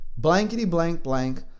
Blankety-blank-blank